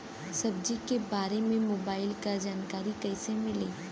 सब्जी के बारे मे मोबाइल पर जानकारी कईसे मिली?